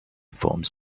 forms